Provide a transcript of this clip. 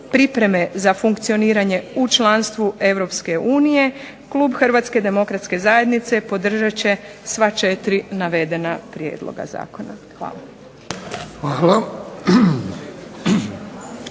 pripreme za funkcioniranje u članstvu EU klub HDZ-a podržat će sva 4 navedena prijedloga zakona. Hvala.